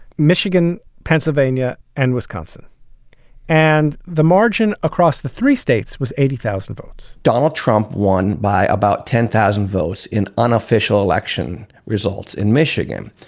michigan, pennsylvania and wisconsin and the margin across the three states was eighty thousand votes donald trump won by about ten thousand votes in unofficial election results in michigan.